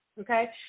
okay